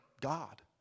God